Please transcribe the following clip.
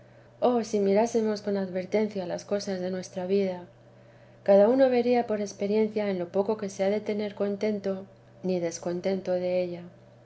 oh si mirásemos con advertencia las cosas de nuestra vida cada uno vería con experiencia en lo poco que se ha de tener contento ni descontento della